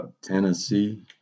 Tennessee